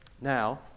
Now